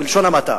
בלשון המעטה,